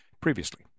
previously